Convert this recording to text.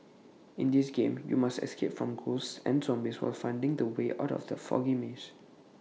in this game you must escape from ghosts and zombies while finding the way out from the foggy maze